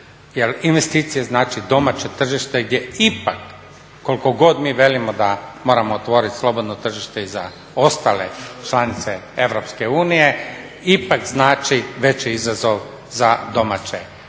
investicije znači domaće tržište gdje ipak koliko god mi velimo da moramo otvoriti slobodno tržište i za ostale članice EU ipak znači veći izazov za domaće i